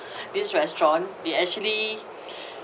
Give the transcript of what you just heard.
this restaurant they actually